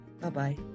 Bye-bye